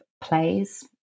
plays